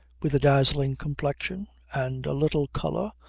with a dazzling complexion and a little colour,